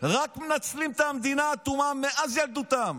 רק מנצלים את המדינה עד תומה מאז ילדותם.